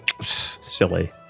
silly